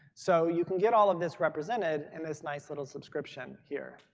so you can get all of this represented in this nice little subscription here.